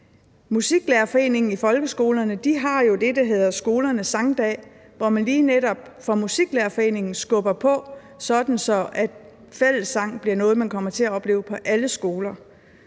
Musiklærerforeningen jo det, der hedder Skolernes Sangdag, og der skubber man lige netop fra Musiklærerforeningens side på, sådan at fællessang bliver noget, de kommer til at opleve på alle skoler.